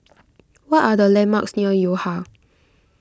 what are the landmarks near Yo Ha